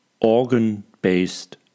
Organ-Based